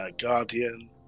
Guardian